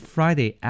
Friday